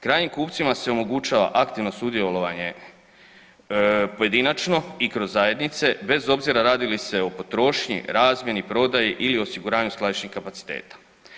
Krajnjim kupcima se omogućava aktivno sudjelovanje pojedinačno i kroz zajednice bez obzira radi li se o potrošnji, razmjeni, prodaji ili osiguranju skladišnih kapaciteta.